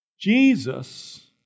Jesus